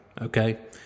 okay